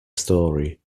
story